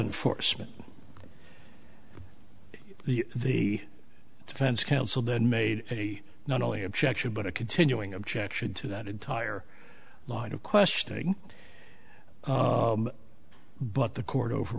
enforcement the the defense counsel then made a not only objection but a continuing objection to that entire line of questioning but the court over